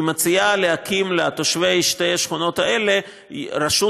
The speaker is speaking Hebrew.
היא מציעה להקים לתושבי שתי השכונות האלה רשות